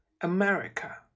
America